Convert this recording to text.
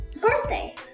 birthday